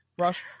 Rush